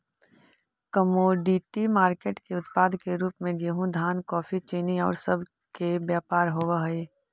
commodity market के उत्पाद के रूप में गेहूं धान कॉफी चीनी औउर सब के व्यापार होवऽ हई